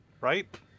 right